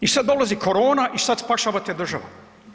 I sad dolazi korona i sad spašavate državu.